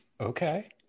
Okay